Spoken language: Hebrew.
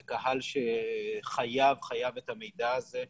זה קהל שחייב חייב את המידע הזה.